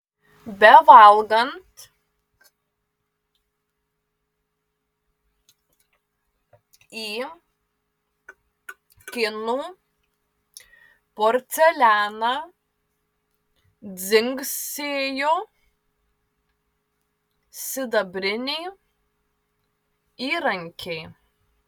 bevalgant į kinų porcelianą dzingsėjo sidabriniai įrankiai